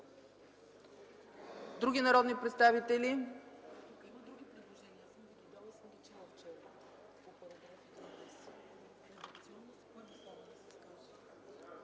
Други народни представители?